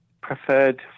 preferred